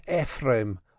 ephraim